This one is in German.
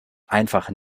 einfach